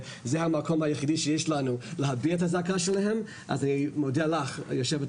זה המקום היחידי שיש לנו להביע את הזעקה שלהם אז אני מודה לך היו"ר